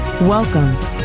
Welcome